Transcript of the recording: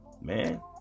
man